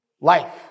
life